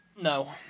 No